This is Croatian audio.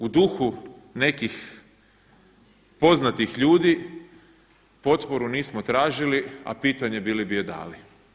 U duhu nekih poznatih ljudi potporu nismo tražili, a pitanje bili bi je dali.